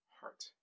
heart